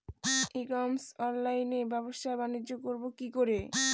ই commerce অনলাইনে ব্যবসা বানিজ্য করব কি করে?